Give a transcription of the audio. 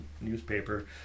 newspaper